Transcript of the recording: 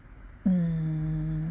hmm